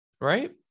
Right